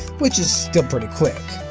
which is still pretty quick.